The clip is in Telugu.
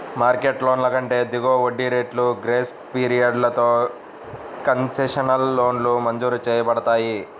మార్కెట్ లోన్ల కంటే దిగువ వడ్డీ రేట్లు, గ్రేస్ పీరియడ్లతో కన్సెషనల్ లోన్లు మంజూరు చేయబడతాయి